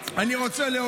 אני אגיד לך,